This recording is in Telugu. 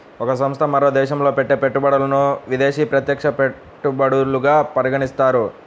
ఒక సంస్థ మరో దేశంలో పెట్టే పెట్టుబడులను విదేశీ ప్రత్యక్ష పెట్టుబడులుగా పరిగణిస్తారు